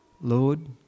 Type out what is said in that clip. Lord